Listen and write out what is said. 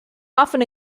often